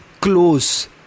close